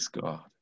God